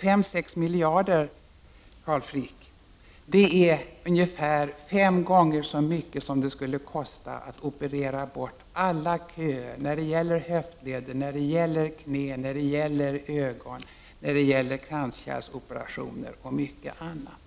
Denna summa, Carl Frick, är ungefär fem gånger så stor som det skulle kosta att få bort alla köer när det gäller höftleds-, knä-, ögonoch kranskärlsoperationer och mycket annat.